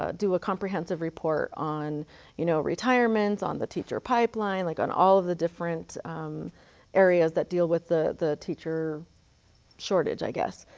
ah do a comprehensive report on you know retirement, on the teacher pipeline, like on all the different areas that deal with the the teacher shortage, i guess.